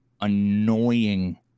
annoying